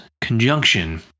conjunction